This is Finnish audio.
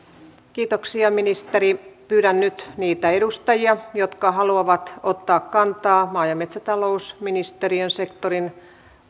kiitoksia ministeri pyydän nyt niitä edustajia jotka haluavat ottaa kantaa maa ja metsätalousministeriön sektorin